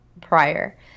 prior